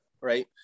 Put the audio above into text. right